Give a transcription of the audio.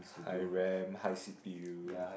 high Ram high C_P_U